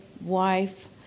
wife